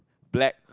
black